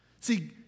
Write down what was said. See